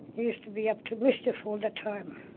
used to be up to mischief all the time.